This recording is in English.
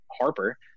harper